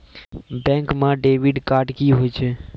Bank म debit card की होय छै?